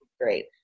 great